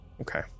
Okay